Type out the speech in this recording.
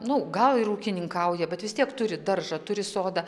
nu gal ir ūkininkauja bet vis tiek turi daržą turi sodą